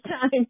time